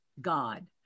god